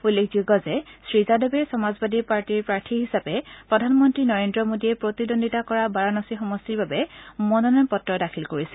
উল্লেখযোগ্য যে শ্ৰীযাদৱে সমাজবাদী পাৰ্টীৰ প্ৰাৰ্থী হিচাপে প্ৰধানমন্ত্ৰী নৰেন্দ্ৰ মোদীয়ে প্ৰতিদ্বন্দ্বিতা কৰা বাৰাণসী সমষ্টিৰ বাবে মনোনয়ন পত্ৰ দাখিল কৰিছিল